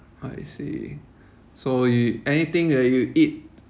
I see so you anything that you eat